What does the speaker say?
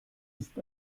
ist